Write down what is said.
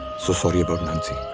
so sort of about nancy.